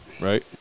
right